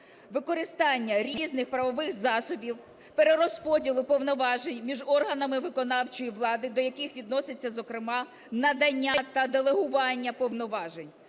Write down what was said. використання різних правових засобів перерозподілу повноважень між органами виконавчої влади, до яких відносяться, зокрема, надання та делегування повноважень.